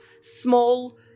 small